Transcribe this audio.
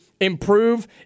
improve